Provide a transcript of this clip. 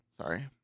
Sorry